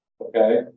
okay